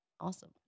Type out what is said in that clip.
awesome